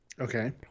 Okay